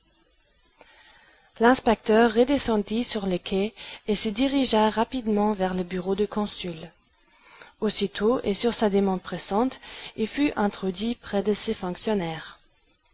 l'inspecteur redescendit sur le quai et se dirigea rapidement vers les bureaux du consul aussitôt et sur sa demande pressante il fut introduit près de ce fonctionnaire